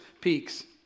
peaks